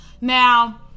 Now